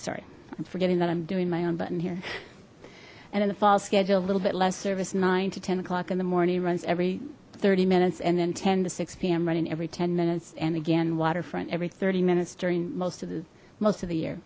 sorry i'm forgetting that i'm doing my own button here and in the fall schedule a little bit less service to ten zero o'clock in the morning runs every thirty minutes and then ten zero to six zero p m running every ten minutes and again waterfront every thirty minutes during most of the most of the year